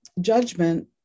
judgment